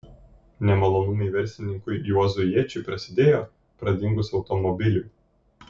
nemalonumai verslininkui juozui jėčiui prasidėjo pradingus automobiliui